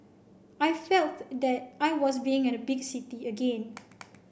I felts that I was being at big city again